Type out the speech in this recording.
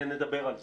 נדבר על זה.